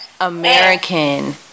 American